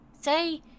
say